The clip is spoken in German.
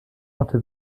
orte